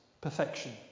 perfection